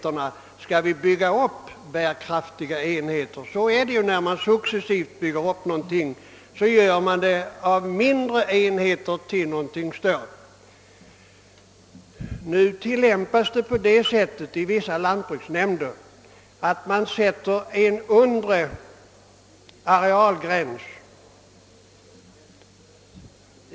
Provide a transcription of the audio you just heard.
I fjolårets riksdagsbeslut utsades, att rationaliseringsprocessen i det svenska jordbruket skall ske genom ett successivt uppbyggande av bärkraftiga enheter. Detta bör väl tolkas så, att riksdagen menade att man av de många små, nu icke bärkraftiga enheterna skulle bygga upp bärkraftiga sådana. Nu sätter emellertid vissa lantbruksnämnder en undre arealgräns.